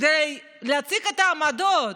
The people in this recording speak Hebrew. כדי להציג את העמדות,